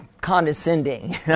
condescending